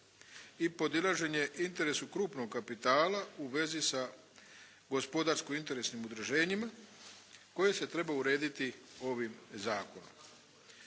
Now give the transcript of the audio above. i podilaženje interesu krupnog kapitala u vezi sa gospodarsko-interesnim udruženjima koje se treba urediti ovim zakonom.